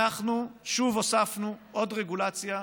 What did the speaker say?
אנחנו שוב הוספנו רגולציה,